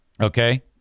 Okay